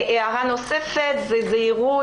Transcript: הערה נוספת זה זהירות,